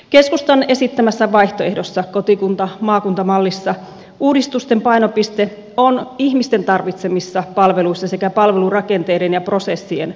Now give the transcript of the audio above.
keskustan esittämässä vaihtoehdossa kotikuntamaakunta mallissa uudistusten painopiste on ihmisten tarvitsemissa palveluissa sekä palvelurakenteiden ja prosessien uudistamisessa